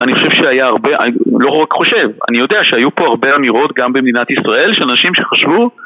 אני חושב שהיה הרבה, לא רק חושב, אני יודע שהיו פה הרבה אמירות גם במדינת ישראל של אנשים שחשבו